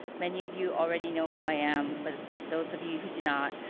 many of you already know who i am, but for those of you who do not,